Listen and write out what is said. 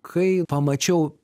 kai pamačiau